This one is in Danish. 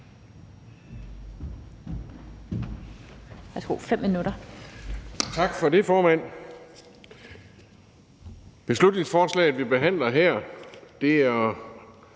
Tak for det, formand. Beslutningsforslaget, vi behandler her, omhandler